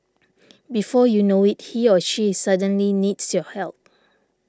before you know it he or she suddenly needs your help